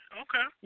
okay